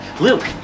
Luke